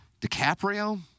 DiCaprio